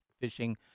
fishing